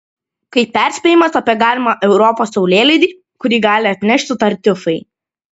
kaip perspėjimas apie galimą europos saulėlydį kurį gali atnešti tartiufai